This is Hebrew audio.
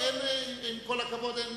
עם כל הכבוד,